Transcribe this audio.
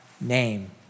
name